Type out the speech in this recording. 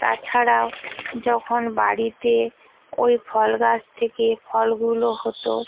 তাছাড়াও যখন বাড়িতে ওই ফল গাছ থেকে ফলগুলো হতো